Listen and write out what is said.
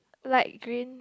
light green